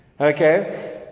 Okay